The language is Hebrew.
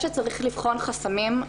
שצריך לבחון חסמים,